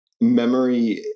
memory